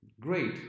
great